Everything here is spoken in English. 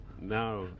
Now